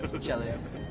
jealous